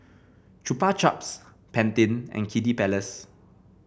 Chupa Chups Pantene and Kiddy Palace